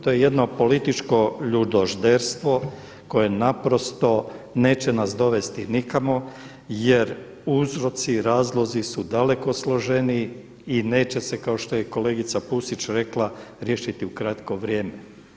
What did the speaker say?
To je jedno političko ljudožderstvo, koje naprosto neće nas dovesti nikamo jer uzroci, razlozi su daleko složeniji i neće se kao što je kolegica Pusić rekla riješiti u kratko vrijeme.